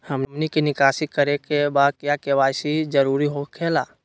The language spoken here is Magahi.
हमनी के निकासी करे के बा क्या के.वाई.सी जरूरी हो खेला?